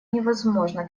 невозможно